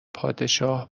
پادشاه